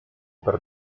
per